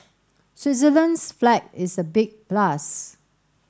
Switzerland's flag is a big plus